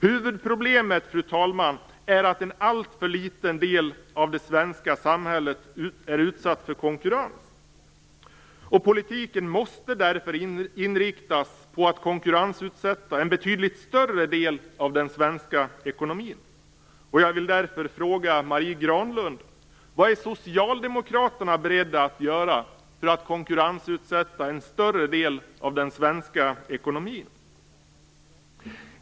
Huvudproblemet, fru talman, är att en alltför liten del av det svenska samhället är utsatt för konkurrens. Politiken måste därför inriktas på att konkurrensutsätta en betydligt större del av den svenska ekonomin.